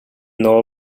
know